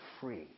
free